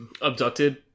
Abducted